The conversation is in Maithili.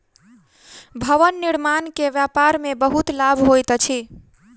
भवन निर्माण के व्यापार में बहुत लाभ होइत अछि